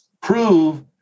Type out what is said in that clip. prove